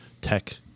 tech